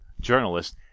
journalist